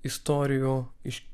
istorijų iš